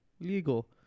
Legal